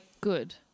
good